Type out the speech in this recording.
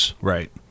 Right